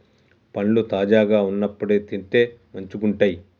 పండ్లు తాజాగా వున్నప్పుడే తింటే మంచిగుంటయ్